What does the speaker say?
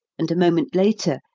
and a moment later,